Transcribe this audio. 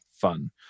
fun